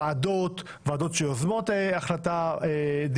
ועדות שיוזמות דיון,